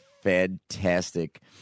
fantastic